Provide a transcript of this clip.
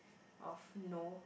of no